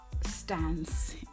stance